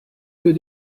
que